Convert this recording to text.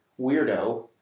weirdo